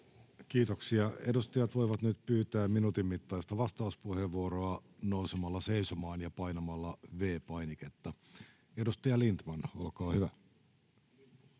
Kiitoksia. — Edustajat voivat nyt pyytää minuutin mittaista vastauspuheenvuoroa nousemalla seisomaan ja painamalla V-painiketta. — Edustaja Lindtman, olkaa hyvä.